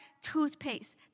toothpaste